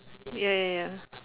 ya ya ya